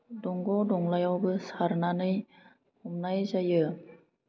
दंग' दंलायावबो सारनानै हमनाय जायो